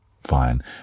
Fine